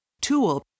tool